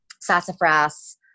sassafras